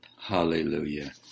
Hallelujah